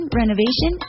renovation